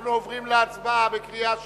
אנחנו עוברים להצבעה בקריאה שנייה,